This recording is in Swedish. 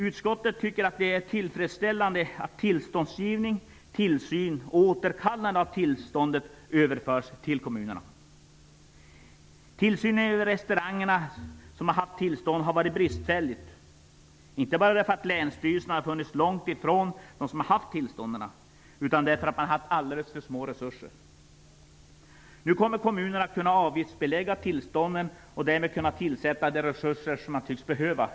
Utskottet tycker att det är tillfredsställande att tillståndsgivning, tillsyn och återkallande av tillståndet överförs till kommunerna. Tillsynen över restauranger som har haft tillstånd har varit bristfällig, inte bara därför att länsstyrelserna har befunnit sig på långt avstånd från dem som har haft tillstånden, utan också för att resurserna har varit alldeles för små. Nu kommer kommunerna att kunna avgiftsbelägga tillstånden och därmed kunna tillsätta de resurser som behövs.